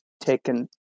taken